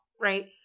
right